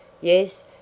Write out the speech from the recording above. Yes